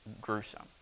gruesome